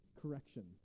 correction